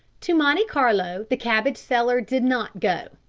to monte carlo the cabbage seller did not go.